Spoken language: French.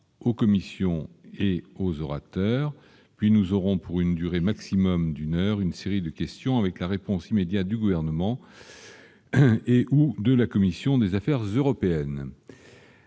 aux commissions et aux orateurs. Puis nous aurons, pour une durée d'une heure maximum, une série de questions avec la réponse immédiate du Gouvernement ou de la commission des affaires européennes.